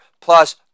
plus